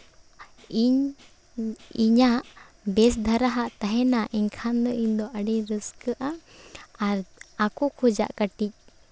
ᱤᱧ ᱤᱧᱟᱹᱜ ᱵᱮᱥ ᱫᱷᱟᱨᱟ ᱦᱟᱜ ᱛᱟᱦᱮᱱᱟ ᱮᱱᱠᱷᱟᱱ ᱫᱚ ᱤᱧ ᱫᱚ ᱟᱹᱰᱤᱧ ᱨᱟᱹᱥᱠᱟᱹᱜᱼᱟ ᱟᱨ ᱟᱠᱚ ᱠᱷᱚᱱᱟᱜ ᱠᱟᱹᱴᱤᱡᱽ